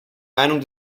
meinung